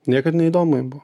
niekad neįdomu jam buvo